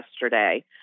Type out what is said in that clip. yesterday